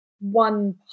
one